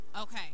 Okay